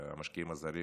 והמשקיעים הזרים